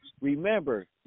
remember